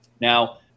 Now